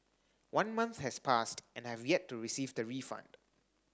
one month has passed and I have yet to receive the refund